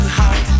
hot